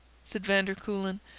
said van der kuylen.